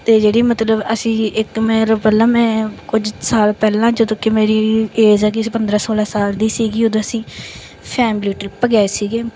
ਅਤੇ ਜਿਹੜੀ ਮਤਲਬ ਅਸੀਂ ਇੱਕ ਮੈਰ ਪਹਿਲਾਂ ਮੈਂ ਕੁਝ ਸਾਲ ਪਹਿਲਾਂ ਜਦੋਂ ਕਿ ਮੇਰੀ ਏਜ ਹੈਗੀ ਸੀ ਪੰਦਰਾਂ ਸੋਲਾਂ ਸਾਲ ਦੀ ਸੀਗੀ ਉਦੋਂ ਅਸੀਂ ਫੈਮਿਲੀ ਟ੍ਰਿਪ ਗਏ ਸੀਗੇ